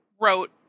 wrote